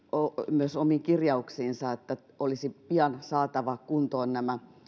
myös omiin kirjauksiinsa että olisi pian saatava kuntoon nämä